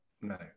No